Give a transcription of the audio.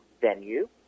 venue